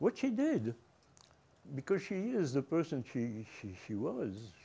what she did because she is the person she he he was